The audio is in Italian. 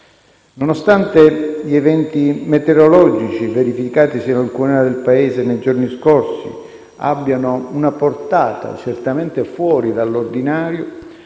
Nonostante gli eventi meteorologici verificatisi in alcune aree del Paese nei giorni scorsi abbiano una portata certamente fuori dall'ordinario,